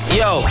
yo